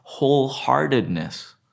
wholeheartedness